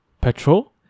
petrol